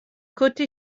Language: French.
côté